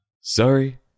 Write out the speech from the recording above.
Sorry